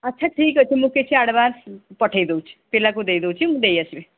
ଆଚ୍ଛା ଠିକ୍ ଅଛି ମୁଁ କିଛି ଆଡ଼ଭାନ୍ସ ପଠାଇ ଦେଉଛି ପିଲାକୁ ଦେଇ ଦେଉଛି ମୁଁ ଦେଇ ଆସିବେ